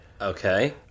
Okay